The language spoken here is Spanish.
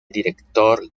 director